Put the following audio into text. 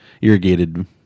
irrigated